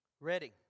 Ready